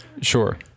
Sure